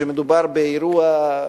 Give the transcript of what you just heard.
כשמדובר באירוע,